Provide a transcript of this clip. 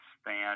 stand